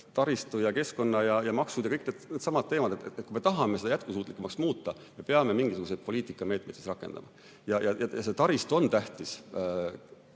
taristu, keskkonna ja maksude teemad, kõik needsamad teemad. Kui me tahame seda jätkusuutlikumaks muuta, siis me peame mingisuguseid poliitikameetmeid rakendama. Ja taristu on tähtis,